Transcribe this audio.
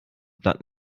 blatt